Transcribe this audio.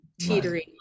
teetering